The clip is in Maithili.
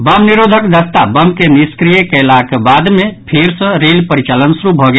बम निरोधक दस्ता बम के निष्क्रिय कयलक बाद मे फेर सँ रेल परिचालन शुरू भऽ गेल